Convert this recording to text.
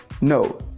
no